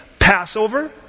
Passover